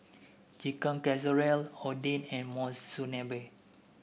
Chicken Casserole Oden and Monsunabe